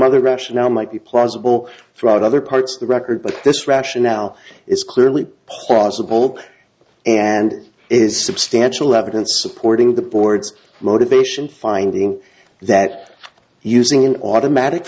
other rationale might be plausible throughout other parts of the record but this rationale is clearly possible and is substantial evidence supporting the board's motivation finding that using an automatic